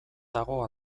dago